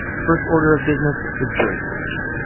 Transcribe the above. first order of business was jury selection.